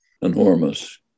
enormous